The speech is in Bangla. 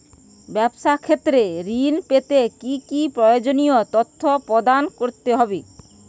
ব্যাবসা ক্ষেত্রে ঋণ পেতে কি কি প্রয়োজনীয় তথ্য প্রদান করতে হবে?